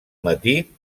matí